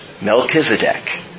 Melchizedek